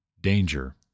danger